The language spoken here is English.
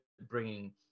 bringing